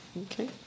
Okay